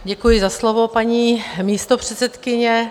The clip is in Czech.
Děkuji za slovo, paní místopředsedkyně.